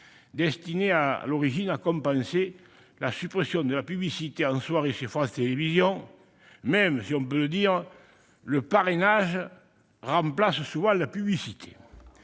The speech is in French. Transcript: destinée à l'origine à compenser la suppression de la publicité en soirée sur France Télévisions, même s'il faut reconnaître que le parrainage remplace souvent la publicité